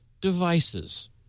devices